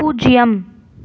பூஜ்ஜியம்